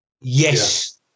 Yes